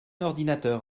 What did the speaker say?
ordinateur